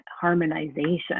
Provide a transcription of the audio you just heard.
harmonization